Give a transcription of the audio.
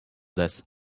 this